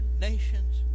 nations